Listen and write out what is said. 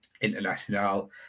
international